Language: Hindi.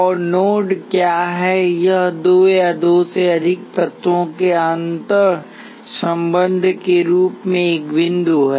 और नोड क्या है यह दो या दो से अधिक तत्वों के अंतर्संबंध के रूप में एक बिंदु है